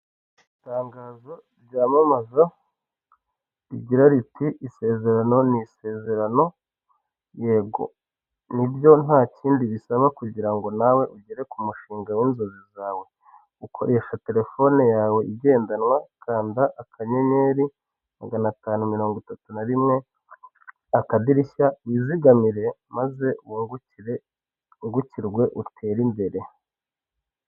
Itangazo ryamamaza rigira riti, isezerano ni isezerano, yego. Nibyo nta kindi bisaba kugira ngo nawe ugere ku mushinga w'inzozi zawe. Ukoresha telefone yawe igendanwa, kanda akanyenyeri magana atanu mirongo itatu na rimwe, akadirishya, wizigamire maze wungukire, wungukirwe utere imbere.